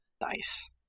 nice